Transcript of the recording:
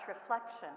reflection